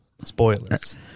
spoilers